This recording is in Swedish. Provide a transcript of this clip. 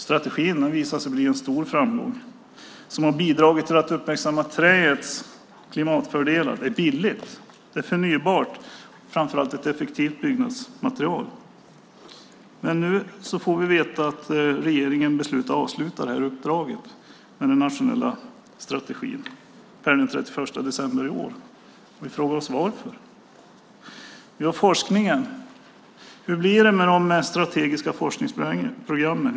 Strategin blev en stor framgång som har bidragit till att uppmärksamma träets klimatfördelar. Det är billigt och förnybart, och det är framför allt ett effektivt byggnadsmaterial. Nu får vi veta att regeringen har beslutat att avsluta uppdraget med den nationella strategin per den 31 december i år. Vi frågar oss varför. Hur blir det med de strategiska forskningsprogrammen?